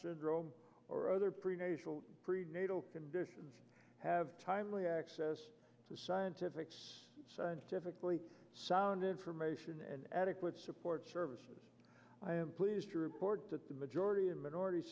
syndrome or other prenatal conditions have timely access to scientific scientifically sound information and adequate support services i am pleased to report that the majority and minorit